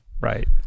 right